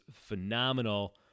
phenomenal